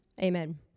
Amen